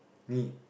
me